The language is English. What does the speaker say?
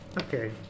Okay